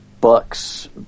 bucks